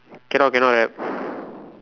cannot cannot have